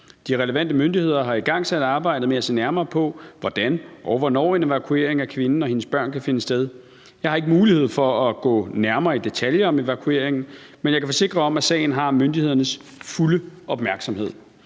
De relevante myndigheder har igangsat arbejdet med at se nærmere på, hvordan og hvornår en evakuering af kvinden og hendes børn kan finde sted. Jeg har ikke mulighed for at gå nærmere i detaljer om evakueringen, men jeg kan forsikre om, at sagen har myndighedernes fulde opmærksomhed.